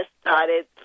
started